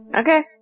Okay